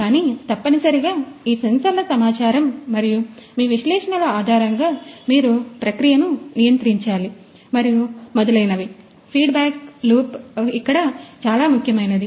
కానీ తప్పనిసరిగా ఈ సెన్సార్ల సమాచారం మరియు మీ విశ్లేషణల ఆధారంగా మీరు ప్రక్రియను నియంత్రించాలి మరియు మొదలైనవి ఫీడ్బ్యాక్ లూప్ ఇక్కడ చాలా ముఖ్యమైనది